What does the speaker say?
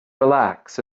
relax